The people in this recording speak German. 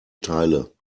teile